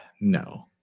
no